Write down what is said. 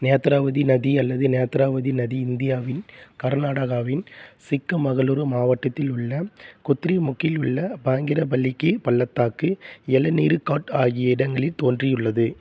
நேத்ராவதி நதி அல்லது நேத்ராவதி நதி இந்தியாவின் கர்நாடகாவின் சிக்கமகளூரு மாவட்டத்தில் உள்ள கொத்திரேமுக்கில் உள்ள பாங்கிரபலிகே பள்ளத்தாக்கு யெலனீரு காட் ஆகிய இடங்களில் தோன்றியுள்ளது